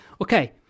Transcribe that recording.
okay